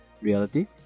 reality